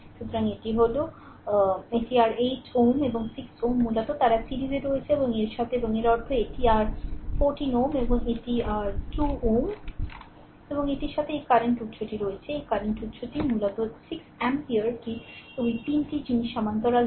সুতরাং এটি হল এটি আর 8 Ω এবং 6 Ω মূলত তারা সিরিজে রয়েছে এবং এর সাথে এবং এর অর্থ এটি আর 14 Ω এবং এটি আর 2 Ω এবং এটির সাথে এই কারেন্ট উত্সটি রয়েছে এই কারেন্ট উত্সটি মূলত এই 6 টি অ্যাম্পিয়ার কি এই 3 টি জিনিস সমান্তরাল হয়